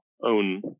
own